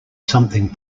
something